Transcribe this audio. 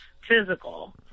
physical